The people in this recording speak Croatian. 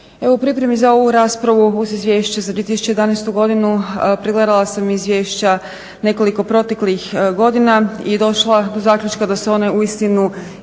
pripremi za ovu raspravu uz Izvješće za 2011. godinu pregledala sam izvješća nekoliko proteklih godina i došla do zaključka da se one uistinu